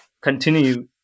continue